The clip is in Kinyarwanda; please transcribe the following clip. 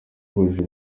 bujuje